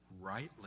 rightly